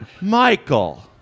Michael